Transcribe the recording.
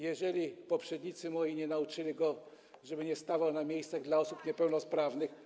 Jeżeli moi poprzednicy nie nauczyli go, żeby nie stawał na miejscach dla osób niepełnosprawnych.